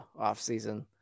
offseason